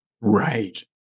Right